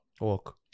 Work